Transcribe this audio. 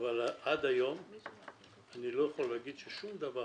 אבל עד היום אני לא יכול להגיד ששום דבר